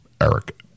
Eric